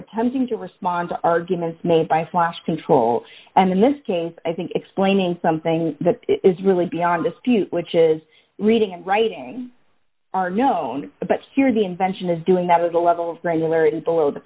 attempting to respond to arguments made by flash control and in this case i think explaining something that is really beyond dispute which is reading and writing are known but here the invention is doing that with a level of regularity below the